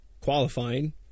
Qualifying